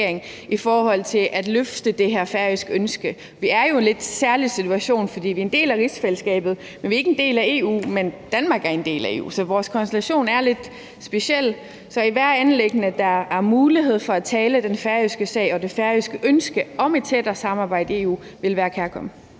i forhold til at løfte det her færøske ønske. Vi er jo i en lidt særlig situation, fordi vi er en del af rigsfællesskabet, men vi er ikke en del af EU, men Danmark er en del af EU. Så vores konstellation er lidt speciel. Så ethvert anliggende, der giver mulighed for at tale den færøske sag og om det færøske ønske om et tættere samarbejde i EU, vil være kærkomment.